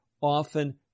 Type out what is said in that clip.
often